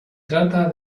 trata